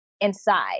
inside